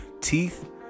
teeth